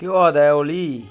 केह् होआ दा ऐ ओली